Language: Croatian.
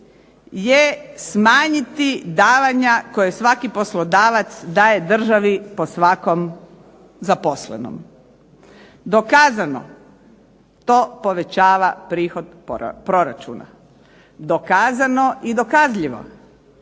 je smanjiti davanja koja svaki poslodavac daje državi po svakom zaposlenom. Dokazano to povećava prihod proračuna. Dokazano i dokazljivo